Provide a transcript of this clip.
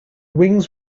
wings